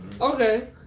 Okay